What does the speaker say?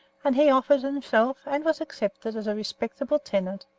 and he offered himself, and was accepted as a respectable tenant,